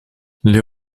les